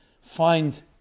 find